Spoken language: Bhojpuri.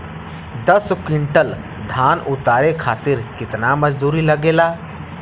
दस क्विंटल धान उतारे खातिर कितना मजदूरी लगे ला?